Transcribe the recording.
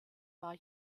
war